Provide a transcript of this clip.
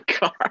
god